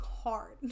hard